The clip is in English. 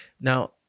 now